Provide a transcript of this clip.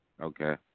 Okay